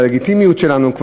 בלגיטימיות שלנו,